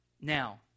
Now